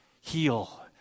heal